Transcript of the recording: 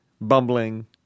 bumbling